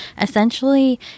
essentially